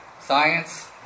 science